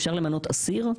אפשר למנות אסיר?